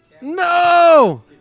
No